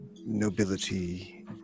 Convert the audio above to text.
nobility